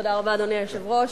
תודה רבה, אדוני היושב-ראש.